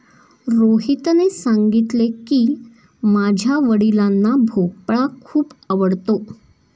रोहितने सांगितले की, माझ्या वडिलांना भोपळा खूप आवडतो